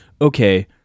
okay